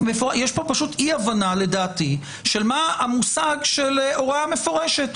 יש פה אי הבנה של המושג של הוראה מפורשת.